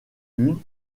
lune